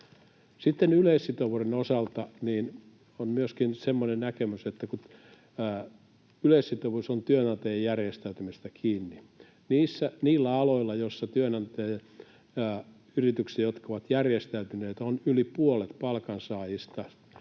Sitten yleissitovuuden osalta on myöskin semmoinen näkemys, että kun yleissitovuus on työnantajan järjestäytymisestä kiinni ja niillä aloilla, joissa työnantajayritykset ovat järjestäytyneet, on yli puolet palkansaajista,